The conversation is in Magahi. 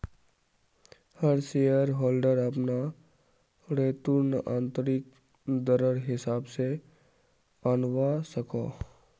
हर शेयर होल्डर अपना रेतुर्न आंतरिक दरर हिसाब से आंनवा सकोह